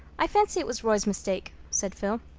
i fancy it was roy's mistake, said phil.